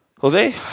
Jose